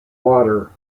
water